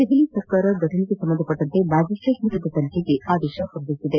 ದೆಹಲಿ ಸರ್ಕಾರ ಘಟನೆಗೆ ಸಂಬಂಧಿಸಿದಂತೆ ಮ್ಲಾಜಿಸ್ಟೇಟ್ ಮಟ್ಟದ ತನಿಖೆಗೆ ಆದೇಶ ನೀಡಿದೆ